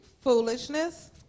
Foolishness